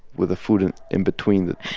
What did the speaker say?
with the food and in between the